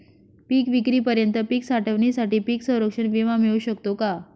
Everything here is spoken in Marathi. पिकविक्रीपर्यंत पीक साठवणीसाठी पीक संरक्षण विमा मिळू शकतो का?